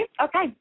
Okay